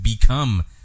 become